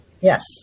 Yes